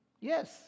yes